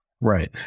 Right